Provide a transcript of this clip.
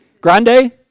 Grande